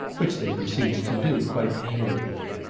which they proceeded to do, quite amiably.